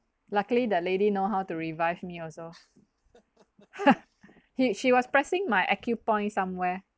luckily the lady know how to revive me also he she was pressing my acu point somewhere